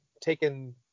taken